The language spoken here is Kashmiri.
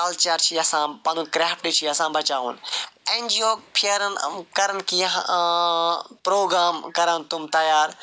کلچر چھِ یَژھان پنُن کرٛیفٹہٕ چھِ یَژھان بچاوُن اٮ۪ن جی او پھیرن کَرن کیٚنٛہہ پرٛوگرام کَرن تِم تیار